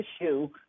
issue